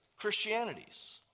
Christianities